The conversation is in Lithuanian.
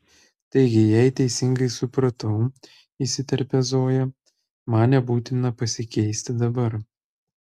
taigi jei teisingai supratau įsiterpia zoja man nebūtina pasikeisti dabar